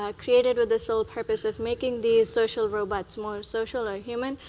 ah created with the soul purpose of making these social robots more social or human,